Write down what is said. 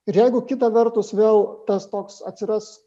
ir jeigu kita vertus vėl tas toks atsiras